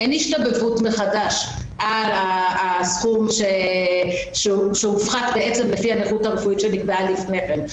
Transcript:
אין השתבבות מחדש על הסכום שהופחת לפי הנכות הרפואית שנקבעה לפני כן.